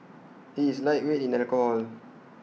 he is lightweight in alcohol